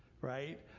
right